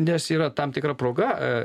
nes yra tam tikra proga